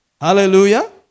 Hallelujah